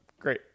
great